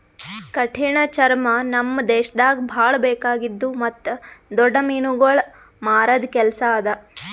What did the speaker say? ಕಠಿಣ ಚರ್ಮ ನಮ್ ದೇಶದಾಗ್ ಭಾಳ ಬೇಕಾಗಿದ್ದು ಮತ್ತ್ ದೊಡ್ಡ ಮೀನುಗೊಳ್ ಮಾರದ್ ಕೆಲಸ ಅದಾ